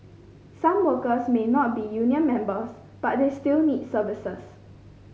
some workers may not be union members but they still need services